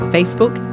Facebook